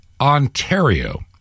Ontario